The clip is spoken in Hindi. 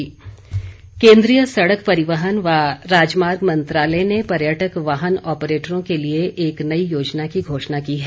योजना केन्द्रीय सड़क परिवहन व राजमार्ग मंत्रालय ने पर्यटक वाहन ऑपरेटरों के लिए एक नई योजना की घोषणा की है